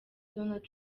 donald